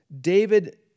David